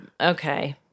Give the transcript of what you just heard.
okay